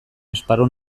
esparru